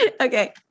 Okay